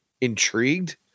intrigued